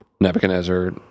Nebuchadnezzar